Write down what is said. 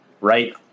right